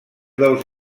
dels